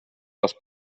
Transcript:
les